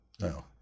No